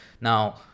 now